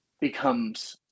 becomes